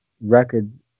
records